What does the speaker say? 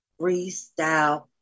freestyle